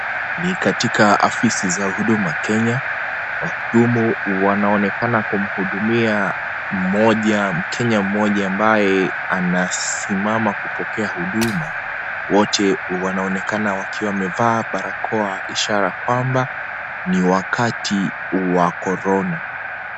Ni katika afisi za huduma Kenya wahudumu wanaonekana kumuhudumia mkenya moja ambaye anasimama kupokea huduma, wote wanaonekana wakiwa wamevaa barakoa ishara kwamba ni wakati Wa korona.